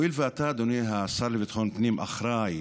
הואיל ואתה, אדוני השר לביטחון הפנים, אחראי